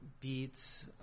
beats